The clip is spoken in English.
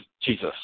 Jesus